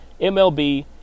MLB